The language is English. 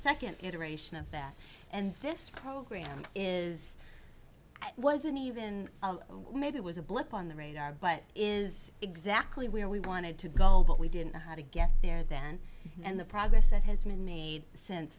second iteration of that and this program is it wasn't even made it was a blip on the radar but is exactly where we wanted to go but we didn't know how to get there then and the progress that has been made since